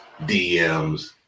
DMs